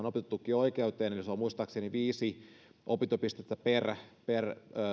opintotukioikeuteen se on muistaakseni viisi opintopistettä per per